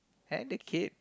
and the kid